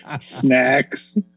snacks